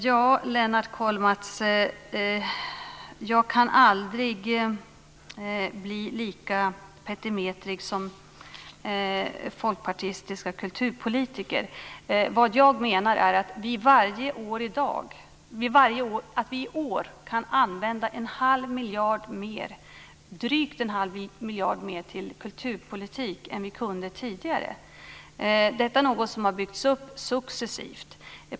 Herr talman! Jag kan aldrig, Lennart Kollmats, bli en sådan petimäter som folkpartistiska kulturpolitiker. Jag menar att vi i år kan använda en dryg halv miljard mer till kulturpolitik än vi kunde tidigare. Detta är något som har byggts upp successivt.